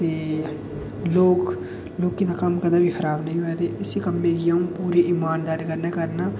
ते लोक लोकें दा कम्म कदें बी खराब निं होऐ ते इसी कम्मै गी अं'ऊ पूरी ईमानदारी कन्नै करना